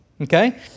Okay